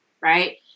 Right